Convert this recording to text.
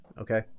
Okay